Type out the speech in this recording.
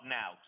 now